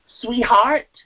sweetheart